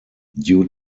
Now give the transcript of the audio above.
due